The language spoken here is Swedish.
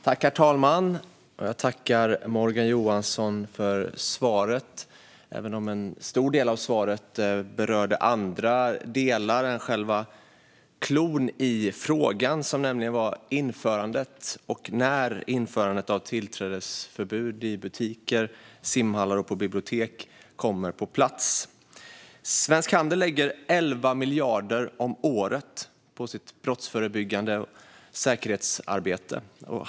Herr talman! Jag tackar Morgan Johansson för svaret, även om en stor del av svaret berörde andra delar än själva cloun i frågan, som nämligen var när införandet av tillträdesförbud i butiker, simhallar och bibliotek kommer på plats. Svensk Handel lägger 11 miljarder om året på sitt brottsförebyggande säkerhetsarbete.